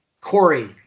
Corey